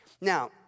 Now